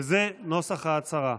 וזה נוסח ההצהרה: